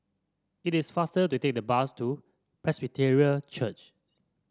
it is faster to take the bus to Presbyterian Church